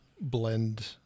blend